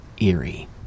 eerie